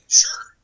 sure